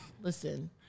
Listen